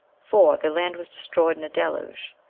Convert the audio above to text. four. their land was destroyed in a deluge.